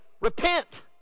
repent